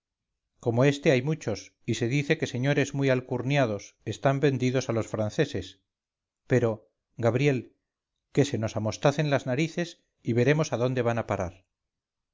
como este hay muchos y se dice que señores muy alcurniados están vendidos a los franceses pero gabriel que se nos amostacen las narices y veremos a dónde van a parar